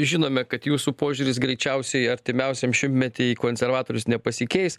žinome kad jūsų požiūris greičiausiai artimiausiam šimtmety į konservatorius nepasikeis